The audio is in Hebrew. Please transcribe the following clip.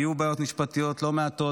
היו בעיות משפטיות לא מעטות,